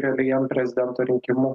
realiai jam prezidento rinkimų